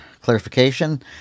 clarification